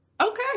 okay